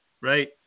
Right